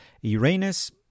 Uranus